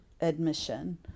admission